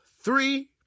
three